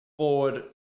Forward